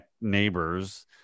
neighbors